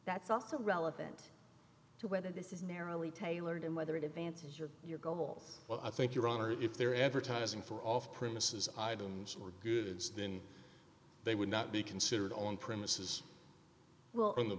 that's also relevant to whether this is narrowly tailored and whether to advance your your goals well i think your honor if they're advertising for off premises items or goods then they would not be considered on premises well in the